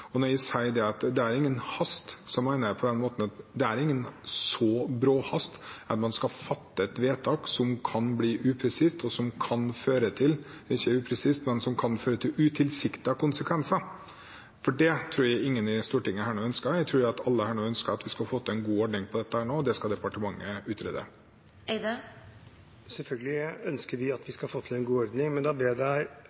så bråhast at man skal fatte et vedtak som kan bli upresist – det er ikke upresist – og som kan få utilsiktede konsekvenser. Det tror jeg ingen i Stortinget nå ønsker. Jeg tror alle her nå ønsker at vi skal få til en god ordning for dette. Det skal departementet utrede. Selvfølgelig ønsker vi at vi